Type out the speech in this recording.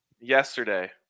Yesterday